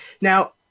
now